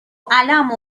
عَلَم